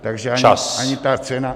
Takže ani ta cena...